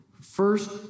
First